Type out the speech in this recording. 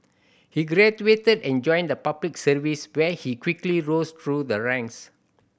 he graduated and joined the Public Service where he quickly rose through the ranks